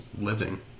living